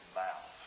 mouth